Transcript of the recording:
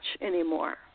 anymore